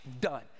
Done